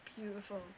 beautiful